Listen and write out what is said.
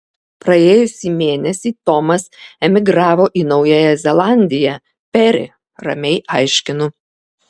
praėjusį mėnesį tomas emigravo į naująją zelandiją peri ramiai aiškinu